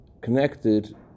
connected